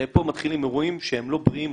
פה מתחילים אירועים שהם לא בריאים,